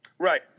Right